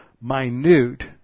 minute